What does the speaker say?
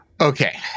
Okay